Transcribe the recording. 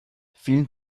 vielen